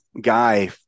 guy